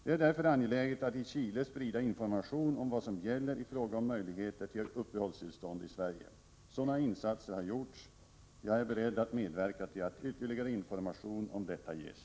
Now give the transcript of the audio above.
Det är därför angeläget att i Chile sprida information om vad som gäller i fråga om möjligheter till uppehållstillstånd i Sverige. Sådana insatser har gjorts. Jag är beredd att medverka till att ytterligare information om detta ges.